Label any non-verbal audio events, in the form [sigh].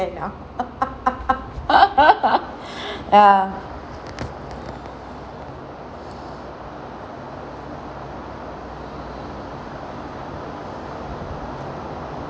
ah [laughs] [breath]